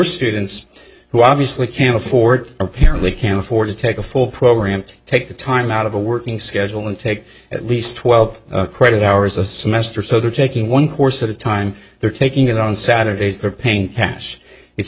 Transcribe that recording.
students who obviously can't afford apparently can't afford to take a full program to take the time out of a working schedule and take at least twelve credit hours a semester so they're taking one course at a time they're taking it on saturdays they're paint cash it's